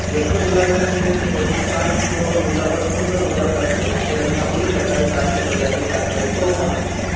जसं तुला वेळ मिळेल तसं तू सांग की बाबा उद्यापासून तर उद्यापासून ॲकॅडमी आपली सकाळी सात ते संध्याकाळी सातपर्यंत ओपन असते